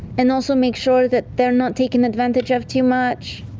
and also make sure that they're not taken advantage of too much,